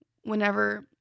whenever